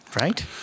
right